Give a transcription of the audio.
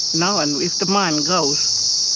so and if the mine goes,